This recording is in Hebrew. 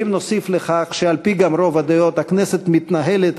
ואם נוסיף לכך שעל-פי רוב הדעות הכנסת מתנהלת,